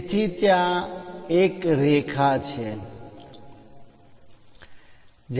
તેથી ત્યાં એક રેખા લાઇન છે